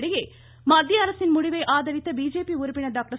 இதனிடையே மத்திய அரசின் முடிவை ஆதரித்த பிஜேபி உறுப்பினர் டாக்டர்